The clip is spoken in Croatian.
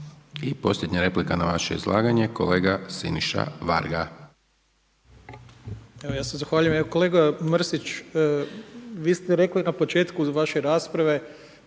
I posljednja replika na vaše izlaganje, kolega Siniša Varga. **Varga, Siniša (SDP)** Evo ja se zahvaljujem. Kolega Mrsić, vi ste rekli na početku vaše rasprave